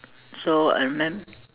so and then